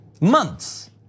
months